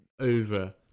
over